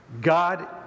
God